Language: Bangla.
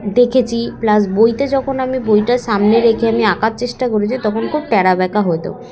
দেখেছি প্লাস বইতে যখন আমি বইটার সামনে রেখে আমি আঁকার চেষ্টা করেছি তখন খুব টড়াাবাকা হতো